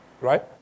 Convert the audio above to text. Right